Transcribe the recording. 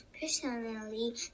Personally